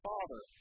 Father